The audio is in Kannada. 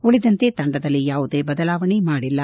ಉಳದಂತೆ ತಂಡದಲ್ಲಿ ಯಾವುದೇ ಬದಲಾವಣೆ ಮಾಡಿಲ್ಲ